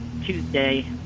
Tuesday